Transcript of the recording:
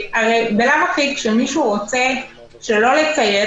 והרי בלאו הכי כשמישהו רוצה לא לציית,